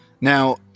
Now